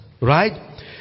Right